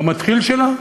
הוא המתחיל שלה,